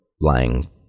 lying